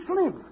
slim